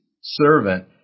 servant